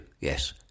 yes